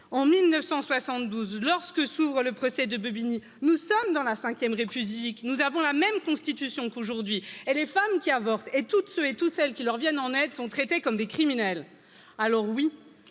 douze lorsque s'ouvre le procès de bobigny nous sommes dans la cinquième république nous avons la même constitution qu'aujourd'hui et et les femmes qui avortent et toutes ceux et toutes celles qui leur viennent en aide sont traitées comme des criminels nous